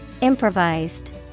Improvised